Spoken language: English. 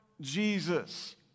Jesus